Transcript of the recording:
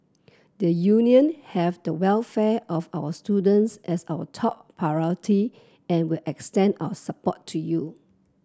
the Union have the welfare of our students as our top priority and will extend our support to you